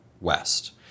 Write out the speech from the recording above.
west